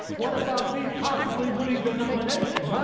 what about me possibly winning the nomination?